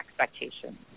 expectations